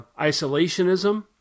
isolationism